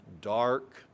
dark